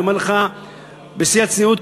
אני אומר לך בשיא הצניעות,